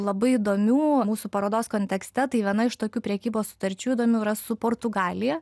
labai įdomių mūsų parodos kontekste tai viena iš tokių prekybos sutarčių įdomių yra su portugalija